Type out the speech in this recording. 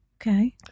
Okay